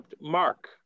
Mark